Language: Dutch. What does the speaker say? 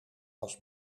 was